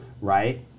right